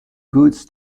goods